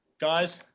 guys